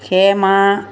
Hema